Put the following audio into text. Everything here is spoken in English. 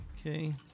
Okay